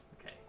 Okay